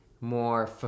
more